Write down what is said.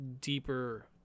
deeper